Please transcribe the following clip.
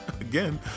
Again